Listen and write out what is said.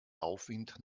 aufwind